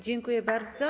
Dziękuję bardzo.